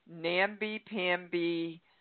namby-pamby